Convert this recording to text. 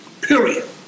Period